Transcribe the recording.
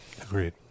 Agreed